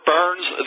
Burns